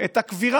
את הקבורה